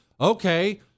okay